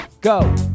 go